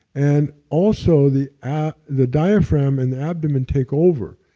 and also the ah the diaphragm and the abdomen take over,